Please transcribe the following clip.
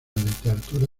literatura